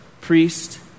priest